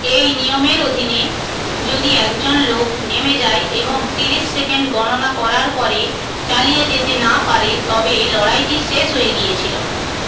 এই নিয়মের অধীনে যদি একজন লোক নেমে যায় এবং তিরিশ সেকেন্ড গণনা করার পরে চালিয়ে যেতে না পারে তবে লড়াইটি শেষ হয়ে গিয়েছিল